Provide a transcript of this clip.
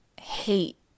hate